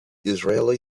israeli